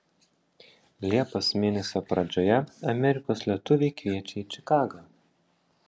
liepos mėnesio pradžioje amerikos lietuviai kviečia į čikagą